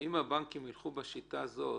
שאם הבנקים ילכו בשיטה הזאת,